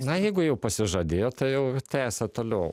na jeigu jau pasižadėjo tai jau tęsia toliau